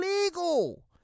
illegal